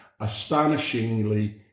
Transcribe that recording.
astonishingly